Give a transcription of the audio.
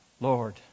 Lord